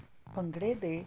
ਭੰਗੜੇ ਦੇ